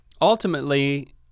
ultimately